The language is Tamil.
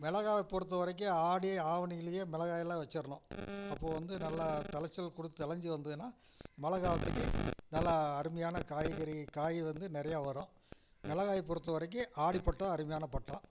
மிளகாவ பொறுத்தவரைக்கும் ஆடி ஆவணியிலேயே மிளகாயெல்லாம் வச்சிடணும் அப்போது வந்து நல்லா தளைச்சல் கொடுத்து தளைஞ்சி வந்ததுன்னா மழைக்காலத்துக்கி நல்லா அருமையான காய்கறி காய் வந்து நிறையா வரும் மிளகாய்ய பொறுத்தவரைக்கும் ஆடிப்பட்டம் அருமையான பட்டம்